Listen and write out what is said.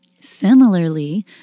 Similarly